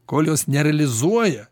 kol jos nerealizuoja